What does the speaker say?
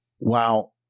Wow